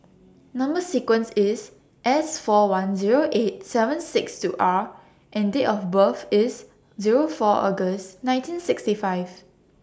Number sequence IS S four one Zero eight seven six two R and Date of birth IS Zero four August nineteen sixty five